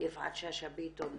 יפעת שאשא ביטון,